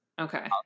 Okay